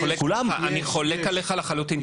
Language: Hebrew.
אני חולק עליך לחלוטין.